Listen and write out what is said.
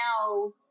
now